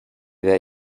that